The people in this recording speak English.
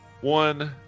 One